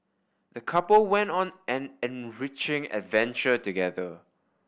the couple went on an enriching adventure together